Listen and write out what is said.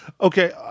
okay